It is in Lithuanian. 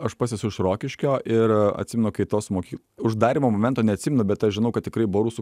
aš pats esu iš rokiškio ir atsimenu kai tos moky uždarymo momento neatsimenu bet aš žinau kad tikrai buvo rusų